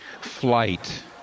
flight